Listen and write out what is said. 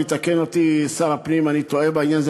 יתקן אותי שר הפנים אם אני טועה בעניין הזה,